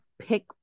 pick